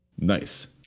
nice